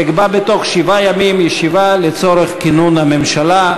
אקבע בתוך שבעה ימים ישיבה לצורך כינון הממשלה.